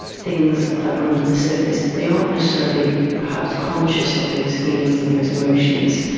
things that are under the surface, they aren't necessarily perhaps conscious of those feelings and those emotions.